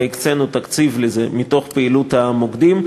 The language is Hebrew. והקצינו לזה תקציב מתוך פעילות המוקדים.